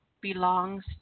belongs